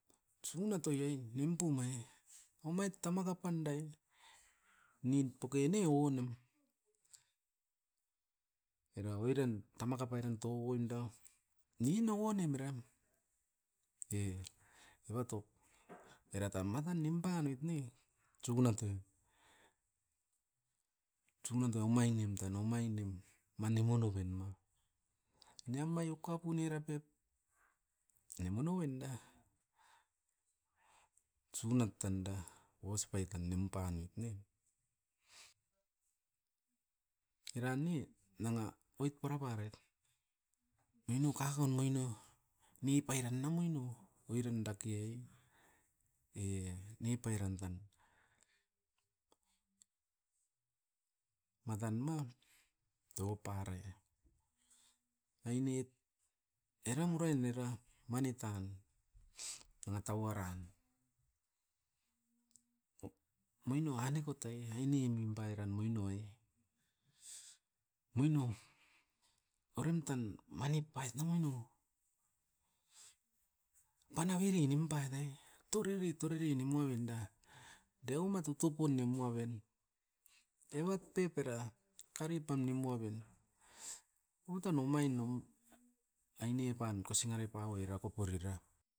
Tsunat oi ai nimpu mai omait tamaga pandai nin poke ne ouonem, era oiran tama kapai ran tokoimda, nin ouonem ram e-eva top era tan mata nimpa noit ne. Tsugunat oi, tsunat omainim tan omainim mani monoven ma. Niamai okapun era pep ne monoven da, sunat tan da, os pai tan nimpanoit ne. Era ne nanga oit para paret nuinu kakaun moino ni parait namui no oiran dake e noi pairan tan. Matan mou tauaparai'a, ainiet eram urain era mani tan danga tauaran. Moino ane kotai, aine i nimpairan moino e, moino orem tan manip paitan no, tan avere nimpait ai torere-torere nimu avenda deuma tutupun nimu aven. Evat pep era karipam nimu aven utan omain nom, aine pan kosingare pau oira koporira.